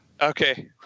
Okay